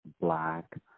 Black